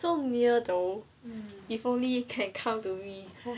so near though if only he can come to me